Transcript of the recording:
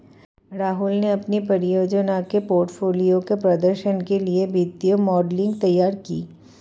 राहुल ने अपनी परियोजना के पोर्टफोलियो के प्रदर्शन के लिए वित्तीय मॉडलिंग तैयार की